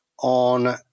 on